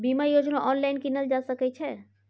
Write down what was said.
बीमा योजना ऑनलाइन कीनल जा सकै छै?